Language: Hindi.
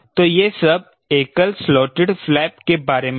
तो यह सब एकल स्लोटेड फ्लैप के बारे में था